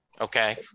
Okay